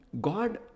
God